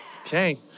Okay